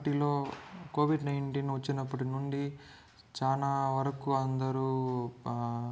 అప్పటిలో Covid nineteen వచ్చినప్పటి నుండి చాలా వరకు అందరూ